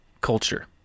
culture